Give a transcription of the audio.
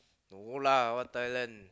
no lah what Thailand